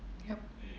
yup